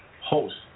host